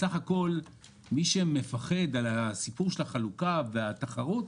בסך הכול מי שמפחד בסיפור החלוקה והתחרות,